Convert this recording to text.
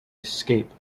escape